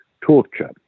torture